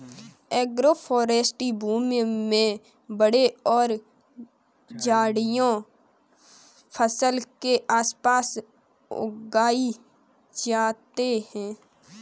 agroforestry भूमि में पेड़ और झाड़ियाँ फसल के आस पास उगाई जाते है